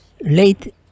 late